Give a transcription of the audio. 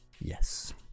Yes